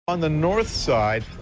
on the north side,